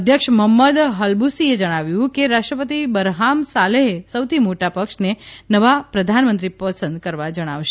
ધ્યક્ષ Mohammed હલબુસીએ જણાવ્યું કે રાષ્ટ્રપતિ બરહામ સાલેહ સૌથી મોટા પક્ષને નવા પ્રધાનમંત્રી પસંદ કરવા જણાવશે